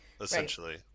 Essentially